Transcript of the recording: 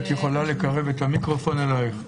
את יכולה לקרב את המיקרופון אלייך?